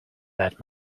that